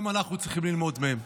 גם אנחנו צריכים ללמוד מהם.